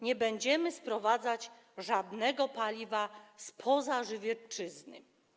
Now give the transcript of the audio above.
Nie będziemy sprowadzać żadnego paliwa spoza Żywiecczyzny.